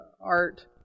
art